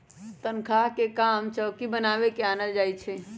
तकख्ता के काम चौकि बनाबे में आनल जाइ छइ